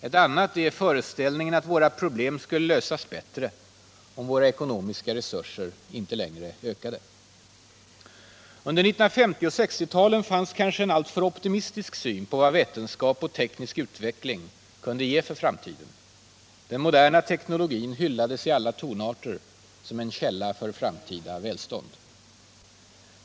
Ett annat är föreställningen att våra problem skulle lösas bättre om våra ekonomiska resurser inte längre ökade. Under 1950 och 1960-talen fanns en kanske alltför optimistisk syn på vad vetenskap och teknisk utveckling kunde ge för framtiden. Den moderna teknologin hyllades i alla tonarter som en källa för framtida välstånd.